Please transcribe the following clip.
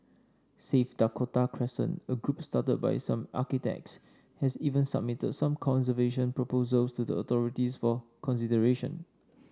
save Dakota Crescent a group started by some architects has even submitted some conservation proposals to the authorities for consideration